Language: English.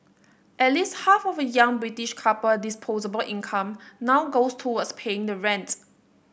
at least half of a young British couple disposable income now goes towards paying rent